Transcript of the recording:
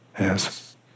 Yes